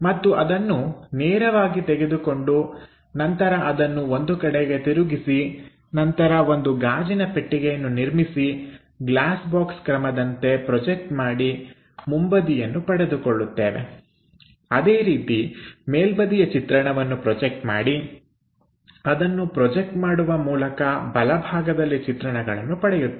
ಮತ್ತು ಅದನ್ನು ನೇರವಾಗಿ ತೆಗೆದುಕೊಂಡು ನಂತರ ಅದನ್ನು ಒಂದು ಕಡೆಗೆ ತಿರುಗಿಸಿ ನಂತರ ಒಂದು ಗಾಜಿನ ಪೆಟ್ಟಿಗೆಯನ್ನು ನಿರ್ಮಿಸಿ ಗ್ಲಾಸ್ ಬಾಕ್ಸ್ ಕ್ರಮದಂತೆ ಪ್ರೊಜೆಕ್ಟ್ ಮಾಡಿ ಮುಂಬದಿಯನ್ನು ಪಡೆದುಕೊಳ್ಳುತ್ತೇವೆ ಅದೇ ರೀತಿ ಮೇಲ್ಬದಿಯ ಚಿತ್ರಣವನ್ನು ಪ್ರೊಜೆಕ್ಟ್ ಮಾಡಿ ಅದನ್ನು ಪ್ರೊಜೆಕ್ಟ್ ಮಾಡುವ ಮೂಲಕ ಬಲಭಾಗದಲ್ಲಿ ಚಿತ್ರಣಗಳನ್ನು ಪಡೆಯುತ್ತೇವೆ